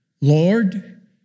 Lord